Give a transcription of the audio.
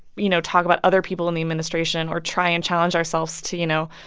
you know, talk about other people in the administration, or try and challenge ourselves to, you know,